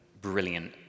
brilliant